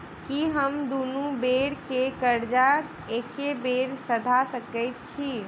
की हम दुनू बेर केँ कर्जा एके बेर सधा सकैत छी?